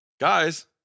guys